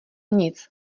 nic